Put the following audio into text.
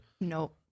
Nope